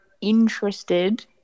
interested